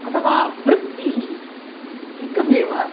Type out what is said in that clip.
अथवा वृत्तिः एकमेव